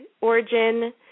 origin